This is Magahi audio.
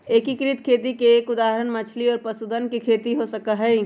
एकीकृत खेती के एक उदाहरण मछली और पशुधन के खेती हो सका हई